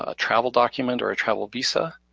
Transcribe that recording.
ah travel document or a travel visa,